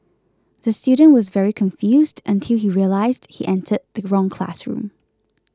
the student was very confused until he realised he entered the wrong classroom